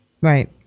right